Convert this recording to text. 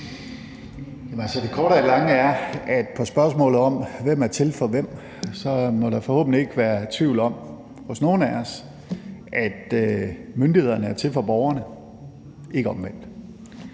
Det korte af det lange er, at på spørgsmålet om, hvem der er til for hvem, må der forhåbentlig ikke hos nogen af os være tvivl om, at myndighederne er til for borgerne, og ikke omvendt.